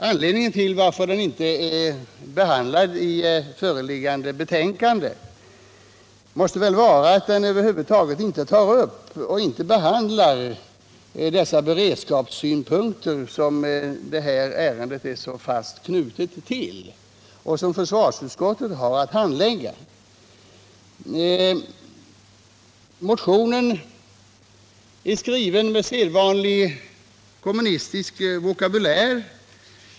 Anledningen till att motionen inte är behandlad i föreliggande betänkande måste vara att den över huvud taget inte tar upp de beredskapssynpunkter som detta ärende är så fast knutet till och som försvarsutskottet har att handlägga. Motionen är skriven med sedvanlig kommunistisk vokabulär.